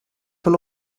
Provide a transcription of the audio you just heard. von